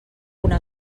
una